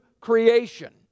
creation